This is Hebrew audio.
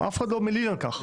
אף אחד לא מלין על כך.